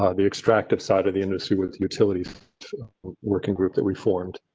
ah the extractive side of the industry with utilities working group that reformed.